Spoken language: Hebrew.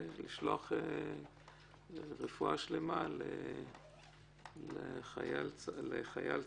אנחנו מבקשים לשלוח רפואה שלמה לחייל צה"ל,